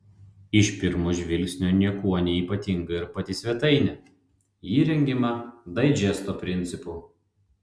iš pirmo žvilgsnio niekuo neypatinga ir pati svetainė ji rengiama daidžesto principu